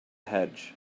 hedge